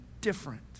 different